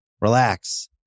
relax